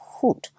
food